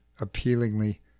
appealingly